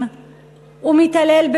הוא מתעלל בעניים,